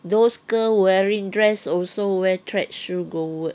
those girl wearing dress also wear track shoe go work